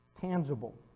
tangible